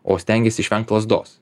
o stengiasi išvengt lazdos